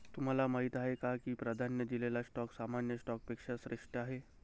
तुम्हाला माहीत आहे का की प्राधान्य दिलेला स्टॉक सामान्य स्टॉकपेक्षा श्रेष्ठ आहे?